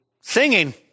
Singing